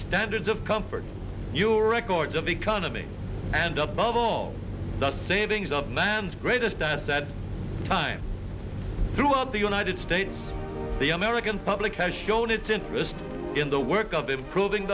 standards of comfort you records of economy and up of all the savings of man's greatest at that time throughout the united states the american public has shown a it's interesting in the work of improving